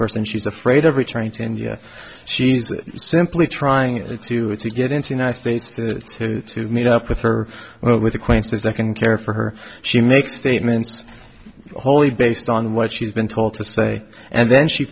person she's afraid of returning to india she's simply trying to to get into united states to meet up with her but with acquaintances that can care for her she makes statements wholly based on what she's been told to say and then she